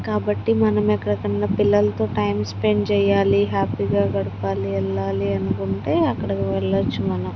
కాబట్టి మనం ఎక్కడికన్నా పిల్లలతో టైం స్పెండ్ చెయ్యాలి హ్యాపీగా గడపాలి వెళ్ళాలి అనుకుంటే అక్కడికి వెళ్లొచ్చు మనం